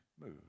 move